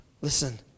Listen